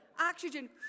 oxygen